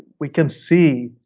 we can see,